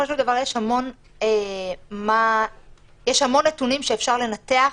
יש המון נתונים שאפשר לנתח.